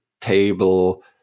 table